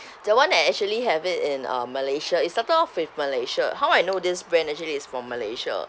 that [one] I actually have it in uh malaysia it started off with malaysia how I know this brand actually is from malaysia